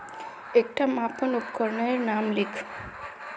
एकटा मापन उपकरनेर नाम लिख?